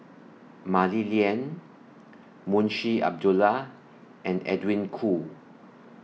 Mah Li Lian Munshi Abdullah and Edwin Koo